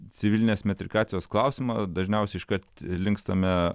civilinės metrikacijos klausimą dažniausiai iškart linkstame